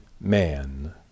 man